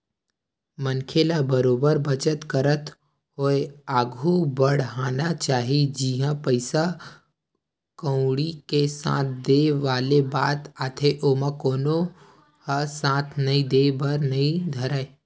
मनखे ल बरोबर बचत करत होय आघु बड़हना चाही जिहाँ पइसा कउड़ी के साथ देय वाले बात आथे ओमा कोनो ह साथ नइ देय बर नइ धरय